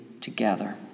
together